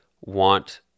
want